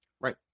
right